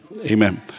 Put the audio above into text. Amen